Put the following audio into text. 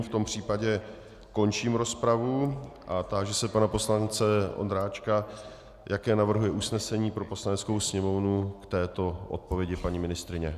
V tom případě končím rozpravu a táži se pana poslance Ondráčka, jaké navrhuje usnesení pro Poslaneckou sněmovnu k této odpovědi paní ministryně.